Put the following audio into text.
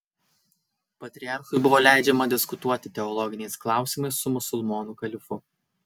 patriarchui buvo leidžiama diskutuoti teologiniais klausimais su musulmonų kalifu